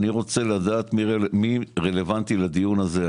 אני רוצה לדעת מי רלוונטי לדיון הזה,